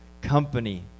company